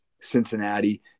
Cincinnati